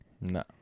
no